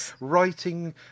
writing